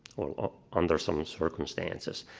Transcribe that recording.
under some circumstances,